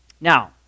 Now